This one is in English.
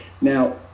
now